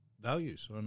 values